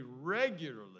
regularly